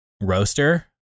roaster